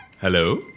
Hello